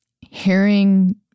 hearing